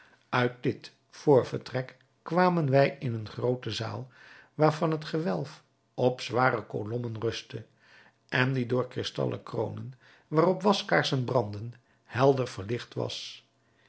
uit dit vrvertrek kwamen wij in eene groote zaal waarvan het gewelf op zware kolommen rustte en die door kristallen kroonen waarop waskaarsen brandden helder verlicht was